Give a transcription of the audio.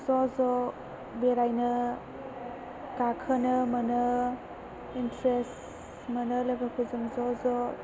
ज'ज' बेरायनो गाखोनो मोनो इन्टारेस्ट मोनो लोगोफोरजों ज' ज'